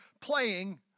playing